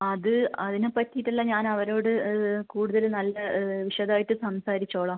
അത് അതിനെ പറ്റിയിട്ടെല്ലാം ഞാൻ അവരോട് കൂടുതൽ നല്ല വിശദമായിട്ട് സംസാരിച്ചോളാം